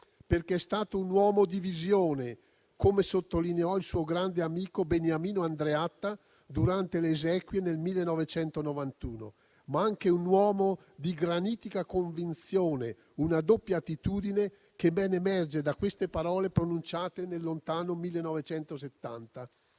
perché è stato un uomo di visione, come sottolineò il suo grande amico Beniamino Andreatta durante le esequie nel 1991, ma anche un uomo di granitica convinzione. Questa doppia attitudine bene emerge dalle seguenti parole pronunciate nel lontano 1970: